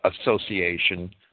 association